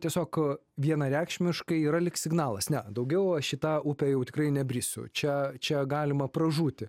tiesiog vienareikšmiškai yra lyg signalas ne daugiau aš į tą upę jau tikrai nebrisiu čia čia galima pražūti